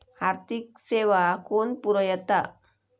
आर्थिक सेवा कोण पुरयता?